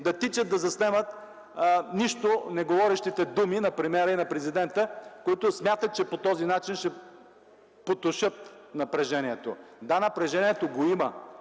да тичат да заснемат нищо неговорещите думи на премиера и на президента, които смятат, че по този начин ще потушат напрежението! Да, напрежението го има,